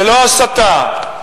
ללא הסתה,